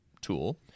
tool